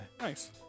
Nice